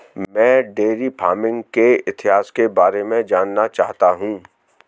मैं dairy farming के इतिहास के बारे में जानना चाहता हूं